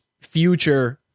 future